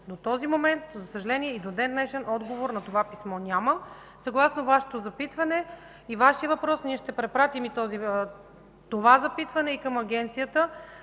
До този момент, за съжаление, и до ден-днешен отговор на това писмо няма. Съгласно Вашето запитване и Вашия въпрос, ние ще препратим това запитване и към Агенцията